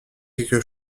quelque